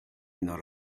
nor